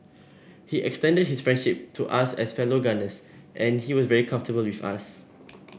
he extended his friendship to us as fellow gunners and he was very comfortable with us